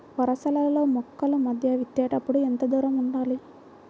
వరసలలో మొక్కల మధ్య విత్తేప్పుడు ఎంతదూరం ఉండాలి?